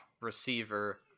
receiver